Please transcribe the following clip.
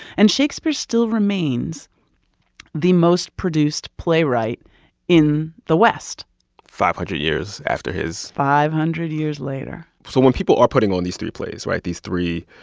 and shakespeare still remains the most-produced playwright in the west five hundred years after his. five hundred years later so when people are putting on these three plays right? these three,